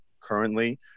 currently